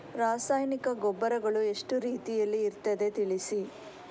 ರಾಸಾಯನಿಕ ಗೊಬ್ಬರಗಳು ಎಷ್ಟು ರೀತಿಯಲ್ಲಿ ಇರ್ತದೆ ತಿಳಿಸಿ?